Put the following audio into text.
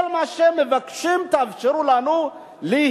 כל מה שהם מבקשים, תאפשרו לנו להשתלב,